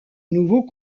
nouveau